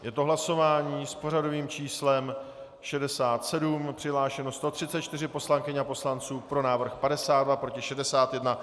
Je to hlasování s pořadovým číslem 67, přihlášeno 134 poslankyň a poslanců, pro návrh 52, proti 61.